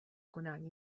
konání